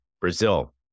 Brazil